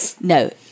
No